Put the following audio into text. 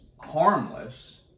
harmless